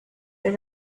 der